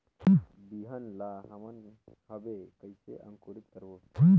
बिहान ला हमन हवे कइसे अंकुरित करबो?